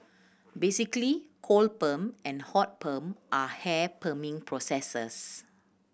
basically cold perm and hot perm are hair perming processes